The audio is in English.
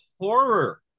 horror